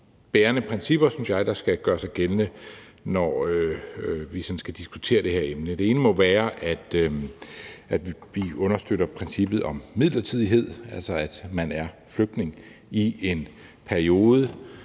bærende principper, som jeg synes skal gøre sig gældende, når vi skal diskutere det her emne. Det ene må være, at vi understøtter princippet om midlertidighed, at man altså er flygtning i en periode.